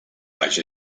baix